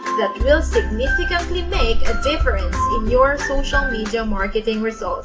that will significantly make a difference in your social media marketing results.